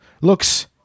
looks